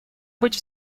быть